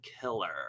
killer